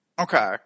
Okay